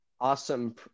awesome